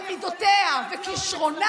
על מידותיה וכישרונה,